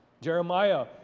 Jeremiah